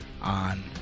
on